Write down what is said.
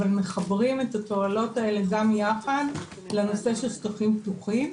אבל מחברים את התועלות האלה גם יחד לנושא של שטחים פתוחים.